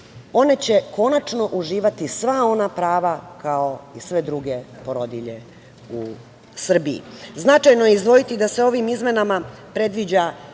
one će konačno uživati sva ona prava kao i sve druge porodilje u Srbiji. Značajno je izdvojiti da se ovim izmenama predviđa